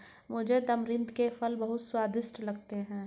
मुझे तमरिंद के फल बहुत स्वादिष्ट लगते हैं